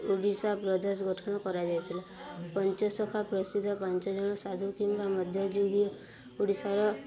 ଓଡ଼ିଶା ପ୍ରଦେଶ ଗଠନ କରାଯାଇଥିଲା ପଞ୍ଚଶଖା ପ୍ରସିଦ୍ଧ ପାଞ୍ଚଜଣ ସାଧୁ କିମ୍ବା ମଧ୍ୟଯୁଗୀ ଓଡ଼ିଶାର